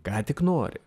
ką tik nori